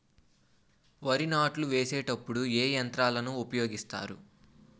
వరి నాట్లు వేసేటప్పుడు ఏ యంత్రాలను ఉపయోగిస్తారు?